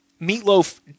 Meatloaf